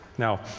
Now